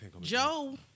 Joe